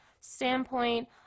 standpoint